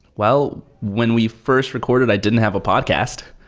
well, when we first recorded, i didn't have a podcast.